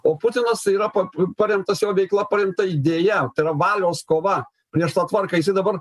o putinas yra pap paremtas jo veikla paremta idėja tai yra valios kova prieš tą tvarką jisai dabar